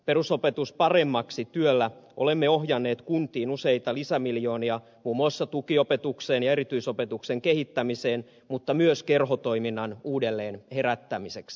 perusopetus paremmaksi työllä olemme ohjanneet kuntiin useita lisämiljoonia muun muassa tukiopetukseen ja erityisopetuksen kehittämiseen mutta myös kerhotoiminnan uudelleen herättämiseksi